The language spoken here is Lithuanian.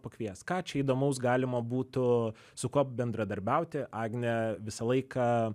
pakviest ką čia įdomaus galima būtų su kuo bendradarbiauti agnė visą laiką